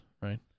right